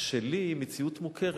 שלי היא מציאות מוכרת.